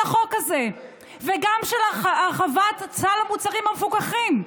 החוק הזה וגם של הרחבת סל המוצרים המפוקחים.